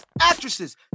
actresses